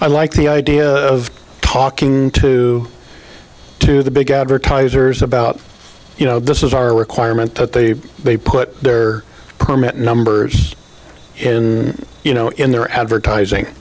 i like the idea of talking to to the big advertisers about you know this is our requirement that they put their permit numbers you know in their advertising